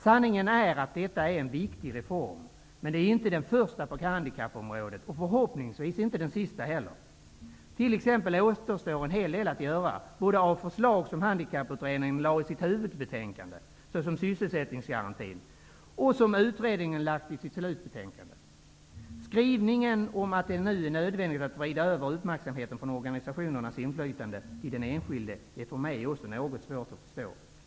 Sanningen är att detta är en viktig reform, men den är inte den första på handikappområdet och förhoppningsvis inte den sista heller. T.ex. återstår en hel del att genomföra både av förslag som handikapputredningen lade fram i huvudbetänkandet, såsom sysselsättningsgarantin, och förslag som utredningen hade med i sitt slutbetänkande. Skrivningen om att det nu är nödvändigt att vrida över uppmärksamheten från organisationernas inflytande till den enskilde är för mig också något svår att förstå.